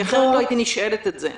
כי אחרת לא הייתי נשאלת את זה.